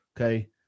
okay